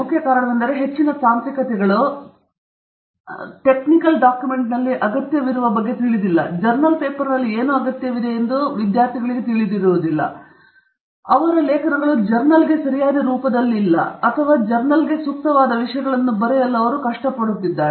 ಮುಖ್ಯ ಕಾರಣವೆಂದರೆ ಹೆಚ್ಚಿನ ತಾಂತ್ರಿಕತೆಗಳು ಟೆಕ್ನಿಕಲ್ ಡಾಕ್ಯುಮೆಂಟಿನಲ್ಲಿ ಅಗತ್ಯವಿರುವ ಬಗ್ಗೆ ತಿಳಿದಿಲ್ಲ ಜರ್ನಲ್ ಪೇಪರ್ನಲ್ಲಿ ಏನು ಅಗತ್ಯವಿರುತ್ತದೆ ಮತ್ತು ಅವರು ಜರ್ನಲ್ಗೆ ಸರಿಯಾದ ರೂಪದಲ್ಲಿಲ್ಲ ಅಥವಾ ಬಹುಶಃ ಜರ್ನಲ್ಗೆ ಸೂಕ್ತವಾದ ವಿಷಯಗಳನ್ನು ಬರೆಯುತ್ತಾರೆ